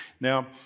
Now